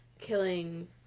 killing